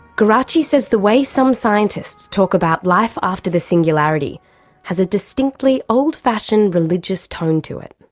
geraci says the way some scientists talk about life after the singularity has a distinctly old-fashioned religious tone to it.